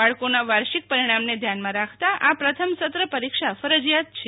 બાળકોના વાર્ષિક પરિણામને ધ્યાનમાં રાખતાં આ પ્રથમ સત્ર પરીક્ષા ફરજિયાત છે